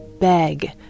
beg